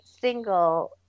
single